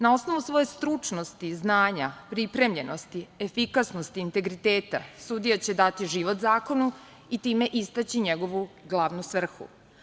Na osnovu svoje stručnosti, znanja, pripremljenosti, efikasnosti, integriteta, sudija će dati život zakonu i time istaći njegovu glavnu svrhu.